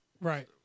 Right